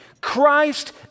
Christ